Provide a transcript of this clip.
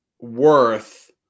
worth